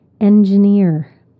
engineer